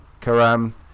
Karam